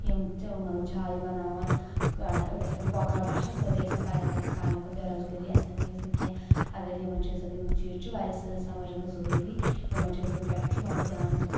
یِم چھِ مطلب جایہِ بناون کانٛہہ أڈۍ آسہِ ہن کۄکر رچھان سٲری آسہِ ہن پننٮ۪ن پننٮ۪ن کامین کُن بےٚ روزگٲری آسہِ ہا نہٕ ییٖژا کینٛہہ اگر یِمن چیٖزن یِم چیٖز چھِ واریاہ سٲنِس سماجس منٛز ضروٗری یِمن چیٖزن پٮ۪ٹھ چھُ مطلب دیان دِیُن